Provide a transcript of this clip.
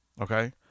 Okay